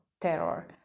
Terror